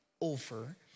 over